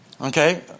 Okay